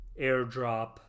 airdrop